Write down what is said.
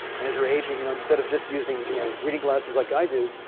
and as you're aging, you know instead of just using you know reading glasses like i do,